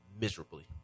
miserably